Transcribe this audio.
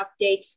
update